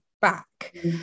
back